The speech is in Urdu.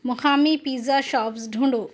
مقامی پزّا شوپز ڈھونڈو